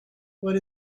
what